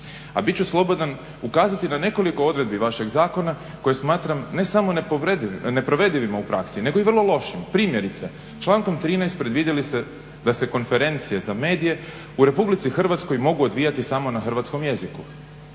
A bit ću slobodan ukazati na nekoliko odredbi vašeg zakona koje smatram ne samo neprovedivima u praksi nego i vrlo lošim. Primjerice, člankom 13. predvidjeli ste da se konferencije za medije u Republici Hrvatskoj mogu odvijati samo na hrvatskom jeziku,